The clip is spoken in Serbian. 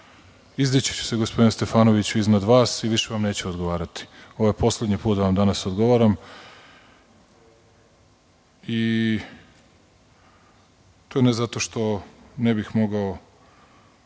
Izdićiću se gospodine Stefanoviću iznad vas i više vam neću odgovarati, ovo je poslednji put da vam danas odgovaram i to ne zato što ne bih mogao